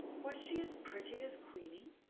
was she as pretty as queenie?